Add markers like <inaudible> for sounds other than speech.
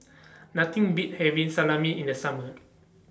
<noise> Nothing Beats having Salami in The Summer